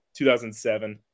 2007